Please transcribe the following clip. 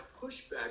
pushback